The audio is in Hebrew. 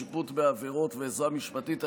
שיפוט בעבירות ועזרה משפטית),